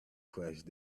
crashed